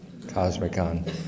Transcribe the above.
Cosmicon